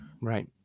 right